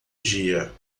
dia